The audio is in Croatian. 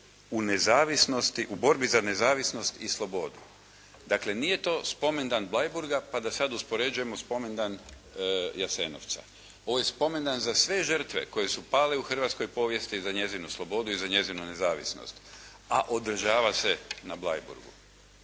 u borbi za nezavisnost i slobodu". Dakle nije to spomendan Bleiburga pa da sada uspoređujemo spomendan Jasenovca. Ovo je spomendan za sve žrtve koje su pale u hrvatskoj povijesti za njezinu slobodu i za njezinu nezavisnost, a održava se na Bleiburgu.